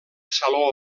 saló